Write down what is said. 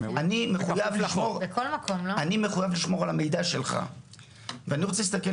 אני מחויב לשמור על המידע שלך ואני רוצה להסתכל